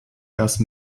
erst